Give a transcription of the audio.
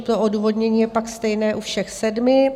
To odůvodnění je pak stejné u všech sedmi.